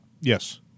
Yes